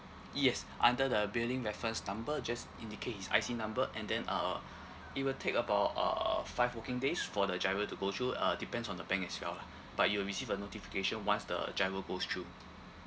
yes under the billing reference number just indicate his I_C number and then uh it will take about uh five working days for the GIRO to go through uh depends on the bank as well lah but you'll receive a notification once the GIRO goes through